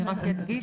אני רק אדגיש,